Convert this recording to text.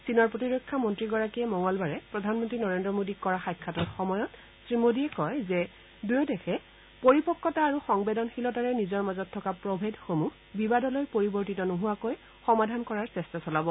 চীনৰ প্ৰতিৰক্ষা মন্ত্ৰীগৰাকীয়ে মঙলবাৰে প্ৰধানমন্ত্ৰী নৰেন্দ্ৰ মোডীক কৰা সাক্ষাতৰ সময়ত শ্ৰী মোডীয়ে কয় যে দুয়ো দেশে পৰিপক্বতা আৰু সংবেদনশীলতাৰে নিজৰ মাজত থকা প্ৰভেদসমূহ বিবাদলৈ পৰিৱৰ্তিত নোহোৱাকৈ সমাধান কৰাৰ চেষ্টা চলাব